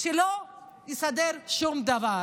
שלא יסדר שום דבר.